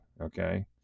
okay